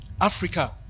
africa